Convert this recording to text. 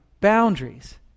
boundaries